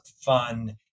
fun